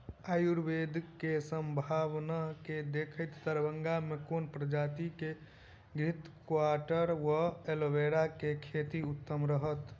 आयुर्वेद केँ सम्भावना केँ देखैत दरभंगा मे केँ प्रजाति केँ घृतक्वाइर वा एलोवेरा केँ खेती उत्तम रहत?